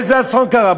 איזה אסון קרה?